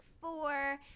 four